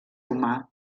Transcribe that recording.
humà